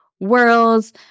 worlds